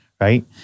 right